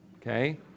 Okay